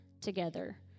together